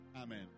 Amen